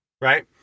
Right